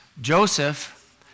Joseph